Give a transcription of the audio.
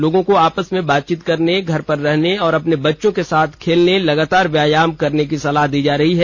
लोगों को आपस में बातचीत करने घर पर अपने बच्चों के साथ खेलने लगातार व्यायाम करने की सलाह दी जा रही है